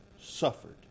suffered